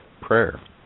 prayer